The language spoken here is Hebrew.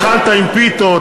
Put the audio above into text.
התחלת עם פיתות,